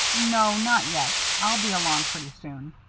no not yet. i'll be along pretty soon.